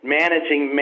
managing